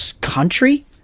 country